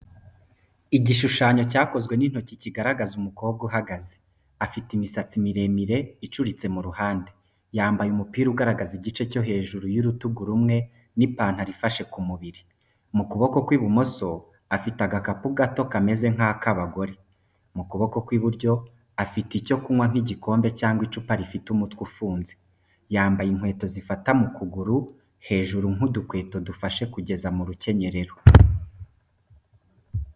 Igishushanyo cyakozwe n’intoki kigaragaza umukobwa uhagaze. Afite imisatsi miremire icuritse mu ruhande. Yambaye umupira ugaragaza igice cyo hejuru cy’urutugu rumwe n’ipantaro ifashe ku mubiri. Mu kuboko kw’ibumoso afite agakapu gato kameze nk’ak’abagore. Mu kuboko kw’iburyo afite icyo kunywa nk’igikombe cyangwa icupa gifite umutwe ufunze. Yambaye inkweto zifata mu kuguru hejuru nk’udukweto dufashe kugeza mu rukenyerero.